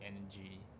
energy